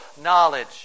knowledge